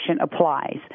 applies